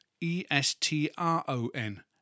E-S-T-R-O-N